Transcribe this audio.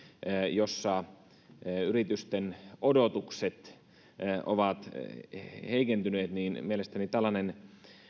jossa yritysten odotukset ovat heikentyneet mielestäni tällainen